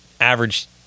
average